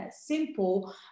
simple